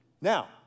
Now